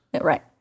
Right